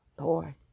Lord